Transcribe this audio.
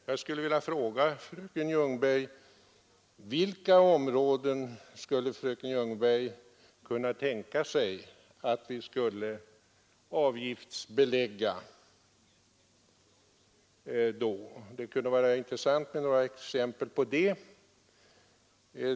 Jag skulle vilja fråga fröken Ljungberg: Vilka områden skulle fröken Ljungberg kunna tänka sig att vi skulle avgiftsbelägga? Det kunde vara intressant att få några exempel.